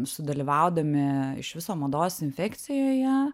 sudalyvaudami iš viso mados infekcijoje